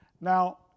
Now